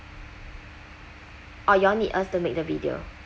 or you all need us to make the video